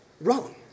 Wrong